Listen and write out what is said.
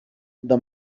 the